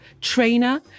trainer